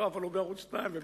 לא, אבל הוא בערוץ-2 ובערוץ-10.